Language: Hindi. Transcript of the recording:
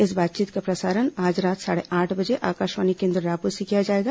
इस बातचीत का प्रसारण आज रात साढ़े आठ बजे आकाशवाणी केन्द्र रायपुर से किया जाएगा